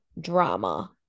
drama